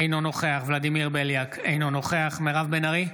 אינו נוכח ולדימיר בליאק, אינו נוכח מירב בן ארי,